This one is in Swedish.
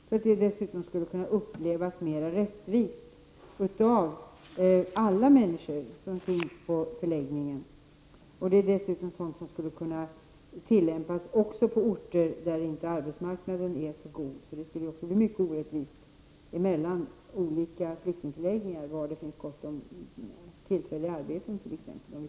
Jag tror dessutom att det skulle upplevas som mer rättvist av alla människor som finns på förläggningen. Det är dessutom sådant som skulle kunna tillämpas även på orter där arbetsmarknaden inte är så god. Om vi skulle erbjuda tillfälliga arbetstillstånd skulle det ju bli mycket orättvist mellan olika flyktingförläggningar beroende på var det finns tillfälliga arbeten.